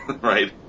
Right